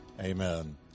Amen